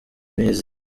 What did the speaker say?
mizi